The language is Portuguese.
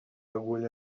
agulha